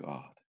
God